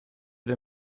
der